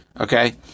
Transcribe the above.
okay